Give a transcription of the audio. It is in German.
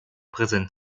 präsent